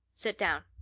sit down.